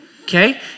okay